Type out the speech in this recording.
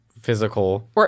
physical